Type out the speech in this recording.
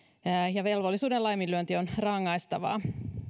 ja velvollisuuden laiminlyönti on rangaistavaa